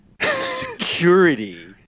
security